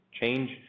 change